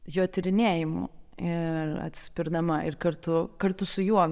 jo tyrinėjimų ir atsispirdama ir kartu kartu su juo